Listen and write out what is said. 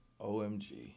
OMG